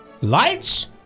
Lights